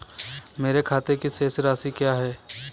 मेरे खाते की शेष राशि क्या है?